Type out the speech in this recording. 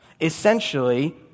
Essentially